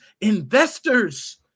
investors